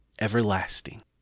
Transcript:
everlasting